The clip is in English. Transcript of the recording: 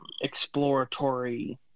exploratory